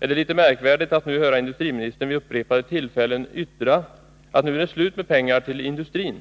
litet märkligt att höra industriministern vid upprepade tillfällen yttra att det nu är slut med att ge pengar till industrin.